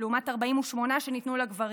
לעומת 48 שניתנו לגברים,